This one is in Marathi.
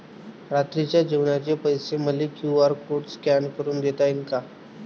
रात्रीच्या जेवणाचे पैसे मले क्यू.आर कोड स्कॅन करून देता येईन का?